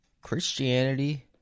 Christianity